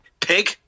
pig